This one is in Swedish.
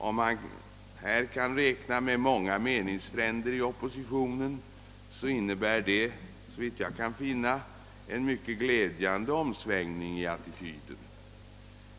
Om han kan räkna med många meningsfränder inom oppositionen, så innebär det såvitt jag kan finna att det har skett en mycket glädjande omsvängning i attityden.